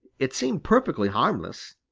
it seemed perfectly harmless.